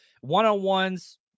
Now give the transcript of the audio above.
One-on-ones